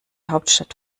hauptstadt